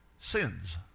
sins